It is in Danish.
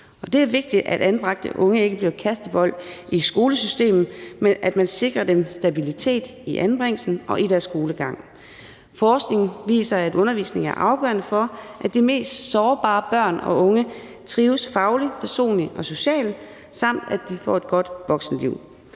Det er vigtigt, at anbragte unge ikke bliver kastebolde i skolesystemet, men at man sikrer dem stabilitet i anbringelsen og i deres skolegang. Forskning viser, at undervisning er afgørende for, at de mest sårbare børn og unge trives fagligt, personligt og socialt, samt at de får et godt voksenliv.